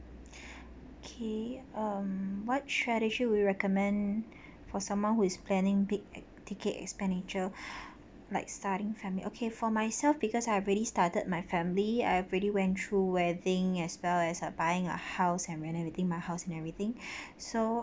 okay um what tradition would you recommend for someone who is planning big ticket expenditure like starting family okay for myself because I already started my family I pretty went through wedding as well as a buying a house and when everything my house and everything so